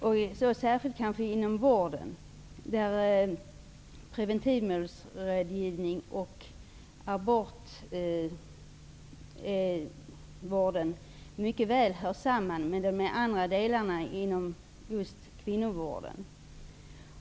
Det gäller kanske särskilt inom vården, där preventivmedelsrådgivning och abort mycket väl hör samman med de andra delarna inom just kvinnovården.